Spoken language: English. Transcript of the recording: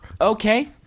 Okay